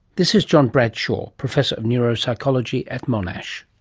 this is john bradshaw, professor of neuropsychology at monash